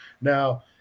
Now